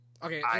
Okay